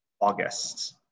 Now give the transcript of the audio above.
August